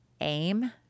Aim